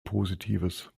positives